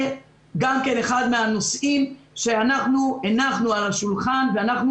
זה גם כן אחד מן הנושאים שאנחנו הנחנו על השולחן ואנחנו